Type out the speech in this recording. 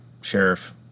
Sheriff